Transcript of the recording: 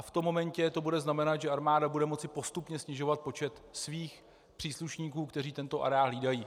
V tom momentě to bude znamenat, že armáda bude moci postupně snižovat počet svých příslušníků, kteří tento areál hlídají.